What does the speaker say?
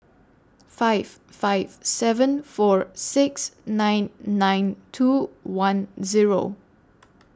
five five seven four six nine nine two one Zero